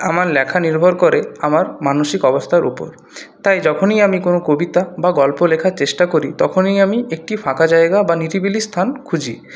আমার লেখা নির্ভর করে আমার মানসিক অবস্থার উপর তাই যখনই আমি কোনো কবিতা বা গল্প লেখার চেষ্টা করি তখনই আমি একটি ফাঁকা জায়গায় বা নিরিবিলি স্থান খুঁজি